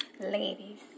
ladies